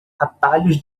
atalhos